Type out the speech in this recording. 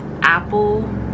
apple